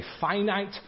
finite